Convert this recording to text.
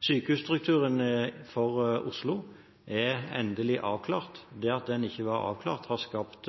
Sykehusstrukturen for Oslo er endelig avklart. Det at den ikke var avklart, har skapt